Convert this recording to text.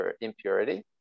impurity